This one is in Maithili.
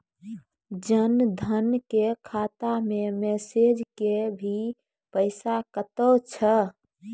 जन धन के खाता मैं मैसेज के भी पैसा कतो छ?